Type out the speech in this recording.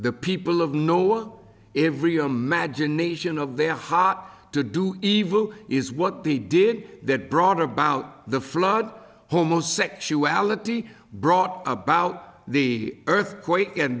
the people of no one every imagination of their heart to do evil is what they did that brought about the flood homosexuality brought about the earthquake and